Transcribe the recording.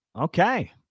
Okay